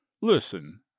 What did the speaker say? listen